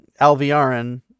Alviarin